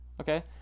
Okay